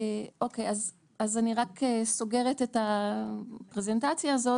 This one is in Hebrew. אז אני רק סוגרת את הפרזנטציה הזאת,